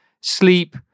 sleep